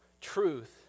truth